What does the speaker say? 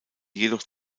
jedoch